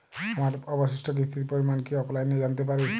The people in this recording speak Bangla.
আমার অবশিষ্ট কিস্তির পরিমাণ কি অফলাইনে জানতে পারি?